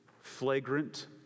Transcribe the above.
flagrant